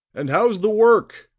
and how's the work?